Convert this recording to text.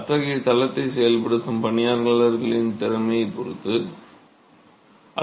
அத்தகைய தளத்தை செயல்படுத்தும் பணியாளர்களின் திறமையைப் பொறுத்தது